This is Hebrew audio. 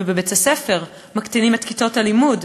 ובבית-הספר מקטינים את כיתות הלימוד,